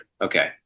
Okay